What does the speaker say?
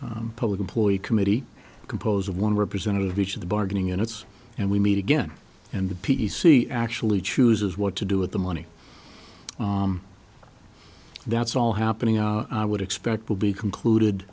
a public employee committee composed of one representative each of the bargaining units and we meet again and the p c actually chooses what to do with the money that's all happening out i would expect will be concluded